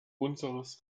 unseres